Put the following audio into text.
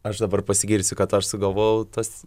aš dabar pasigirsiu kad aš sugalvojau tuos